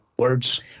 words